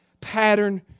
pattern